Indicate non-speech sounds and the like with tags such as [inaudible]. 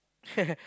[laughs]